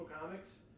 comics